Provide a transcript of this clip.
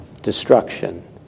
destruction